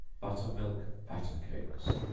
butter-milk batter cakes.